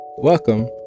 Welcome